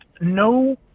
no